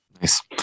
Nice